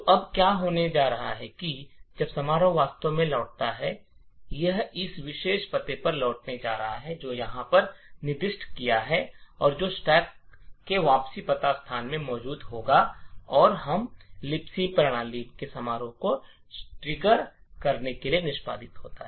तो अब क्या होने जा रहा है कि जब function वास्तव में लौटता है यह इस विशेष पते पर लौटने जा रहा है जो हम यहां पर निर्दिष्ट किया है और जो स्टैक में वापसी पता स्थान में मौजूद होगा और यह लिबसी में प्रणाली function को ट्रिगर करने के लिए निष्पादित होगा